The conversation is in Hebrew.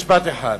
עוד משפט אחד.